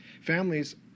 Families